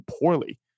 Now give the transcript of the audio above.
poorly